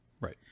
Right